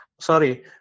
Sorry